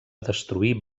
destruir